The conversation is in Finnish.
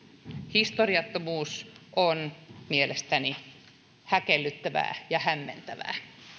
historiattomuus on mielestäni häkellyttävää ja hämmentävää